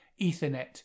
Ethernet